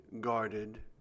guarded